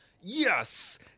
yes